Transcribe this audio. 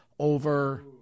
Over